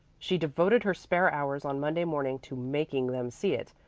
she devoted her spare hours on monday morning to making them see it,